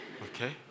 Okay